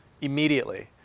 immediately